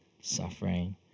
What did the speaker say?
suffering